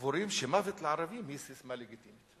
סבורים ש"מוות לערבים" היא ססמה לגיטימית.